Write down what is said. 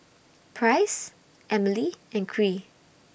Price Emilee and Kyree